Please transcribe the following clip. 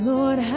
Lord